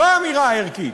זו האמירה הערכית.